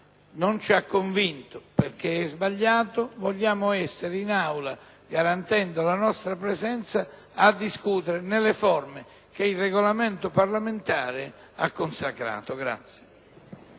non ci ha convinto perché è sbagliato, vogliamo essere in Aula garantendo la nostra presenza a discutere nelle forme che il Regolamento parlamentare ha consacrato.